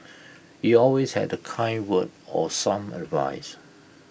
he always had A kind word or some advice